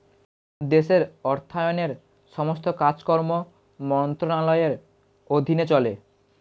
দেশের অর্থায়নের সমস্ত কাজকর্ম মন্ত্রণালয়ের অধীনে চলে